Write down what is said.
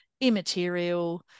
immaterial